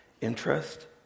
interest